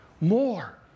more